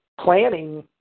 planning